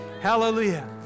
Hallelujah